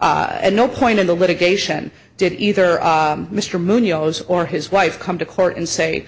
at no point in the litigation did either mr munoz or his wife come to court and say